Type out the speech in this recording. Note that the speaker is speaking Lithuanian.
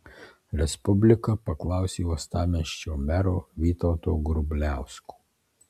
respublika paklausė uostamiesčio mero vytauto grubliausko